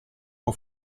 può